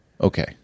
Okay